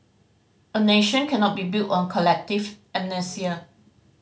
a nation cannot be built on collective amnesia